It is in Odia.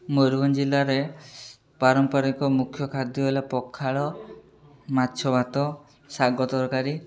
ମୟୁରଭଞ୍ଜ ଜିଲ୍ଲାରେ ପାରମ୍ପାରିକ ମୁଖ୍ୟ ଖାଦ୍ୟ ହେଲା ପଖାଳ ମାଛ ଭାତ ଶାଗ ତରକାରୀ